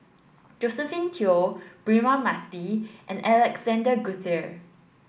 Josephine Teo Braema Mathi and Alexander Guthrie